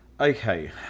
Okay